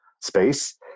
space